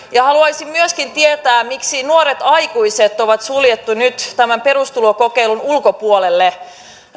haluaisin myöskin tietää miksi nuoret aikuiset on suljettu nyt tämän perustulokokeilun ulkopuolelle